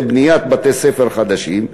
וזה בניית בתי-ספר חדשים,